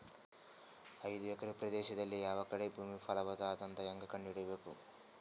ಐದು ಎಕರೆ ಪ್ರದೇಶದಲ್ಲಿ ಯಾವ ಕಡೆ ಭೂಮಿ ಫಲವತ ಅದ ಅಂತ ಹೇಂಗ ಕಂಡ ಹಿಡಿಯಬೇಕು?